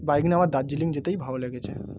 bike নিয়ে আমার দার্জিলিং যেতেই ভালো লেগেছে